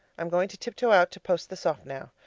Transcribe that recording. i'm going to tiptoe out to post this off now.